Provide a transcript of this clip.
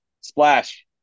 Splash